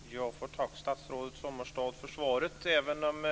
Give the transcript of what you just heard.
Herr talman! Jag får tacka statsrådet Sommestad för svaret även om